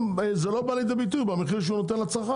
זה לא בא לידי ביטוי במחיר שהוא נותו לצרכן.